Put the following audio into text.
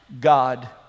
God